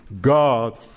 God